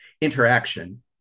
interaction